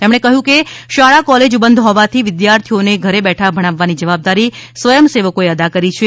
તેમણે કહ્યું હતું કે શાળા કોલેજ બંધ હોવાથી વિદ્યાથીઓને ઘેર બેઠા ભણાવવાની જવાબદારી સ્વયંસેવકોએ અદા કરી છે